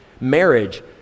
marriage